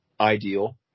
ideal